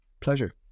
Pleasure